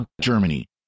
Germany